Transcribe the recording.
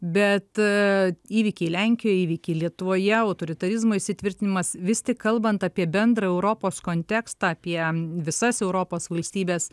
bet įvykiai lenkijoje įvykį lietuvoje autoritarizmo įsitvirtinimas vis tik kalbant apie bendrą europos kontekstą apie visas europos valstybes